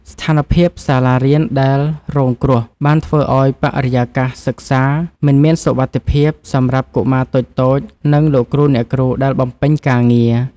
ស្ថានភាពសាលារៀនដែលរងគ្រោះ បានធ្វើឱ្យបរិយាកាសសិក្សាមិនមានសុវត្ថិភាពសម្រាប់កុមារតូចៗ និង លោកគ្រូអ្នកគ្រូដែលបំពេញការងារ។